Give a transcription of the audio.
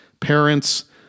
Parents